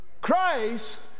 Christ